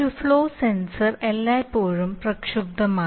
ഒരു flow sensor എല്ലായ്പ്പോഴും പ്രക്ഷുബ്ധമാണ്